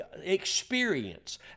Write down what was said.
experience